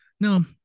No